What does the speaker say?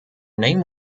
name